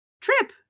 trip